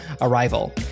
arrival